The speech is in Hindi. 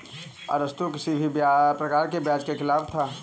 अरस्तु किसी भी प्रकार के ब्याज के खिलाफ था